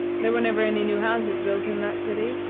there were never any new houses built in that city,